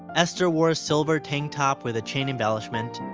esther wore a silver tank top with a chain embellishment,